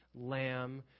lamb